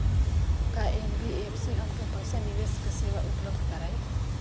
का एन.बी.एफ.सी हमके पईसा निवेश के सेवा उपलब्ध कराई?